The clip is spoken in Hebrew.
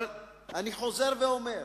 אבל אני חוזר ואומר,